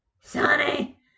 Sonny